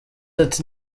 ati